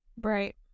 Right